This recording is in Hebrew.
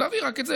ולהביא רק את זה,